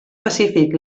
pacífic